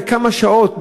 לכמה שעות,